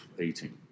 eating